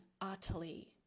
utterly